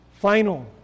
final